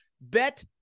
bet